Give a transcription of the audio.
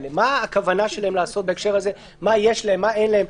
מה יש להם, מה אין להם.